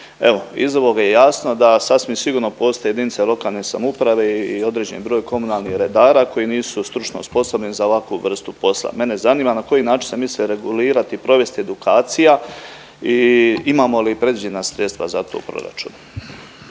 iz ovoga je jasno da sasvim sigurno postoje jedinice lokalne samouprave i određeni broj komunalnih redara koji nisu stručno osposobljeni za ovakvu vrstu posla. Mene zanima na koji način se misli regulirati i provest edukacija i imamo li predviđena sredstva za to u proračunu.